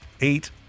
eight